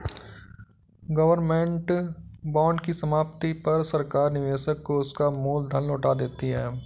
government bond की समाप्ति पर सरकार निवेशक को उसका मूल धन लौटा देती है